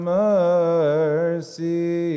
mercy